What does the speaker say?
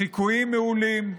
חיקויים מעולים.